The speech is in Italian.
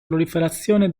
proliferazione